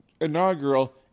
inaugural